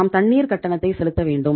நாம் தண்ணீர் கட்டணத்தை செலுத்த வேண்டும்